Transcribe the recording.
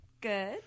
Good